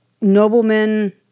Noblemen